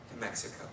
Mexico